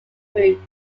groups